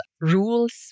rules